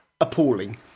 appalling